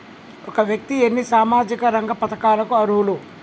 ఒక వ్యక్తి ఎన్ని సామాజిక రంగ పథకాలకు అర్హులు?